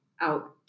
out